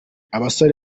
abasore